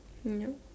I like